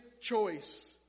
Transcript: choice